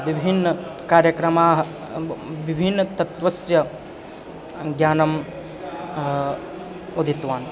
विभिन्नकार्यक्रमाः विभिन्नतत्त्वस्य ज्ञानम् उदितवान्